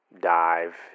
dive